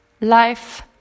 Life